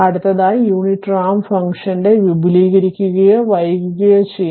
അടുത്തതായി unit ramp function വിപുലീകരിക്കുകയോ വൈകുകയോ ചെയ്യാം